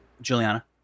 Juliana